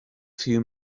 few